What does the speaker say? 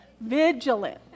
vigilant